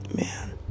man